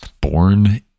born